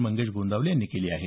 मंगेश गोंदावले यांनी केली आहे